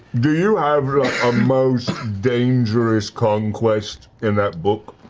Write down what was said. do you have a most dangerous conquest in that book?